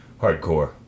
hardcore